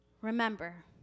Remember